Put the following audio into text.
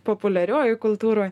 populiariojoj kultūroj